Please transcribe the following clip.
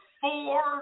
four